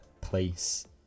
place